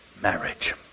marriage